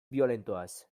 biolentoaz